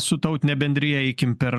su tautine bendrija eikim per